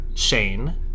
Shane